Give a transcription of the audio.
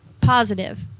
positive